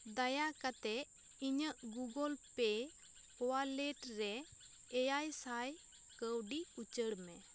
ᱫᱟᱭᱟ ᱠᱟᱛᱮ ᱤᱧᱟᱹᱜ ᱜᱩᱜᱳᱞ ᱯᱮ ᱳᱣᱟᱞᱮᱴ ᱨᱮ ᱮᱭᱟᱭᱥᱟᱭ ᱠᱟᱹᱣᱰᱤ ᱩᱪᱟᱹᱲ ᱢᱮ